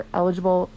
eligible